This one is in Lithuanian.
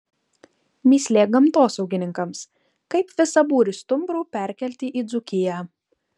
mįslė gamtosaugininkams kaip visą būrį stumbrų perkelti į dzūkiją